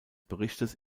berichtes